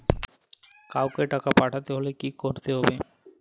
কাওকে টাকা পাঠাতে হলে কি করতে হবে?